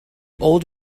old